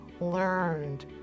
learned